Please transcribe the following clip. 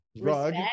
rug